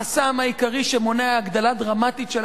החסם העיקרי שמונע הגדלה דרמטית של